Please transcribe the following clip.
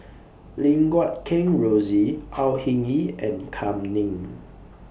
Lim Guat Kheng Rosie Au Hing Yee and Kam Ning